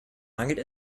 mangelt